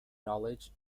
knowledge